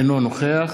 אינו נוכח